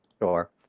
Sure